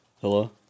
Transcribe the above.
Hello